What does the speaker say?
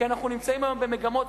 כי אנחנו נמצאים היום במגמות.